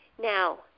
Now